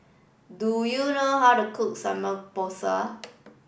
do you know how to cook Samgeyopsal